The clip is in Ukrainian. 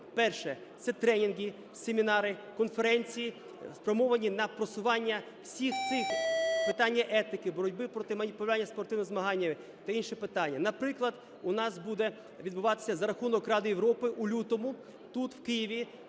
перше – це тренінги, семінари, конференції, спрямовані на просування всіх цих… питання етики, боротьби проти маніпулювання спортивними змаганнями та інші питання. Наприклад, у нас буде відбуватися за рахунок Ради Європи у лютому тут, у Києві,